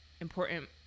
important